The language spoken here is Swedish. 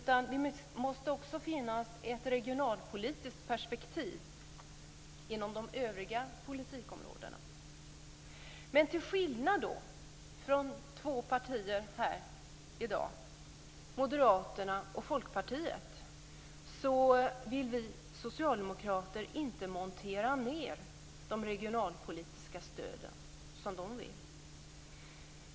Det måste också finnas ett regionalpolitiskt perspektiv inom de övriga politikområdena. Till skillnad från två partier här i dag, Moderaterna och Folkpartiet, vill vi socialdemokrater inte montera ned de regionalpolitiska stöden.